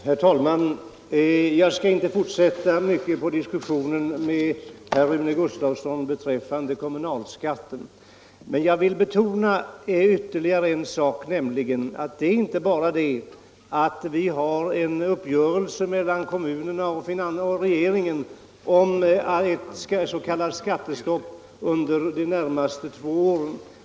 Herr talman! Jag skall inte mycket fortsätta diskussionen med herr Rune Gustavsson beträffande kommunalskatten. Men jag vill betona ytterligare en sak, nämligen att det inte bara är så att vi har en uppgörelse mellan kommunerna och regeringen om ett s.k. skattestopp under de närmaste två åren.